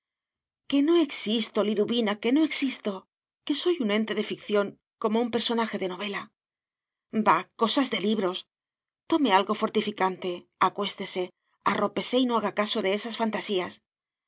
que no existo liduvina que no existo que soy un ente de ficción como un personaje de novela bah cosas de libros tome algo fortificante acuéstese arrópese y no haga caso de esas fantasías